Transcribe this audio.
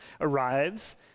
arrives